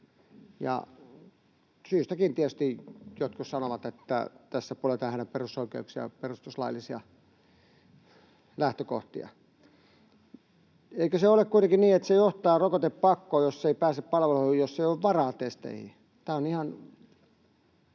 syystäkin tietysti jotkut sanovat, että tässä poljetaan heidän perusoikeuksiaan ja perustuslaillisia lähtökohtia. Eikö se ole kuitenkin niin, että se johtaa rokotepakkoon, jos ei pääse palveluihin, kun ei ole varaa testeihin? Tämä on ihan